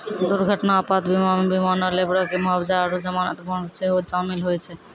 दुर्घटना आपात बीमा मे विमानो, लेबरो के मुआबजा आरु जमानत बांड सेहो शामिल होय छै